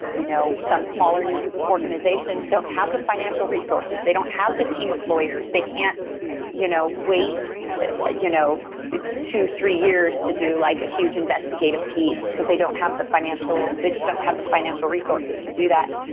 you know some smaller news organizations don't have the financial resources. they don't have the team of lawyers. they can't you know wait you know two, three years to do like a huge investigative piece because they don't have the financial they just don't have the financial resources to do that.